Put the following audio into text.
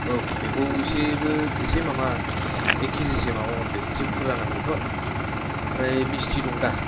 औ बेखौ एसेबो एसे माबा एक खिजिसो माबा हरदो एसे बुरजा नांगौथ'ओमफ्राय मिसटि दं दा